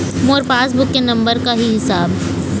मोर passbook के नंबर का ही साहब?